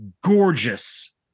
gorgeous